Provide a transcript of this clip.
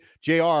JR